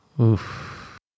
Oof